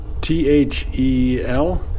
T-H-E-L